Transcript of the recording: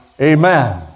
Amen